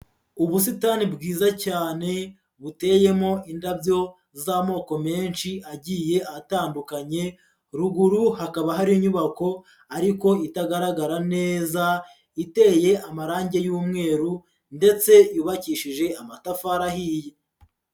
Ubusitani bwiza cyane buteyemo indabyo z'amoko menshi agiye atandukanye, ruguru hakaba hari inyubako ariko itagaragara neza iteye amarange y'umweru ndetse yubakishije amatafari ahiye.